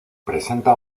presenta